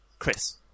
Chris